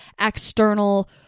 external